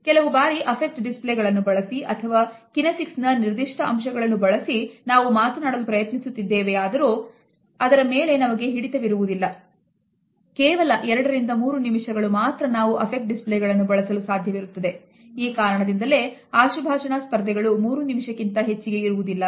ಕೆಲವು ಬಾರಿ Affect display ಗಳನ್ನು ಬಳಸಿ ಅಥವಾ Kinesics ನ ನಿರ್ದಿಷ್ಟ ಅಂಶಗಳನ್ನು ಬಳಸಿ ನಾವು ಮಾತನಾಡಲು ಪ್ರಯತ್ನಿಸುತ್ತೇವೆಯಾದರು ಅದರ ಮೇಲೆ ನಮಗೆಈ ಕಾರಣದಿಂದಲೇ ಆಶುಭಾಷಣ ಸ್ಪರ್ಧೆಗಳು ಮೂರು ನಿಮಿಷಕ್ಕಿಂತ ಹೆಚ್ಚಿಗೆ ಇರುವುದಿಲ್ಲ